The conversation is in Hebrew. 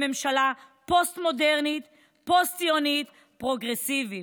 מטעם הממשלה: הצעת חוק ציוד רפואי (תיקון והוראת שעה),